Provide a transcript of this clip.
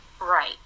Right